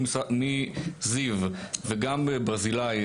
מזיו וגם ברזילאי,